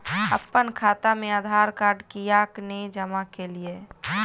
अप्पन खाता मे आधारकार्ड कियाक नै जमा केलियै?